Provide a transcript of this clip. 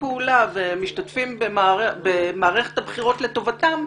פשוט מפאת כבודכם לא הראיתי את כל הדברים האחרים.